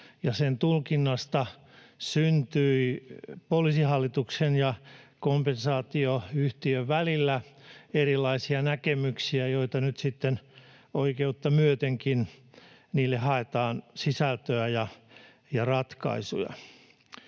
sen tulkinnasta syntyi Poliisihallituksen ja Kompensäätiö-yhtiön välillä erilaisia näkemyksiä, joille nyt sitten oikeutta myötenkin haetaan sisältöä ja ratkaisuja.